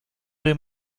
blue